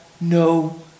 no